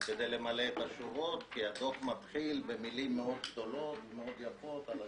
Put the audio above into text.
כדי למלא את השורות כי הדוח מתחיל במילים מאוד גדולות ויפות על השוויון,